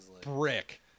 brick